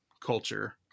culture